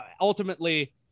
ultimately